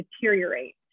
deteriorate